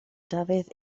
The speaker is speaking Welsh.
dafydd